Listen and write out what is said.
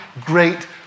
great